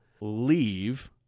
leave